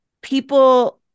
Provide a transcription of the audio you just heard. people –